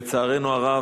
לצערנו הרב,